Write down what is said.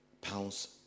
pounds